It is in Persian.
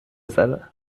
زدم